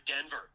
denver